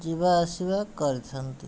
ଯିବା ଆସିବା କରିଥାନ୍ତି